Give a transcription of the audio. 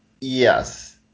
yes